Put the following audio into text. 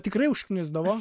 tikrai užknisdavo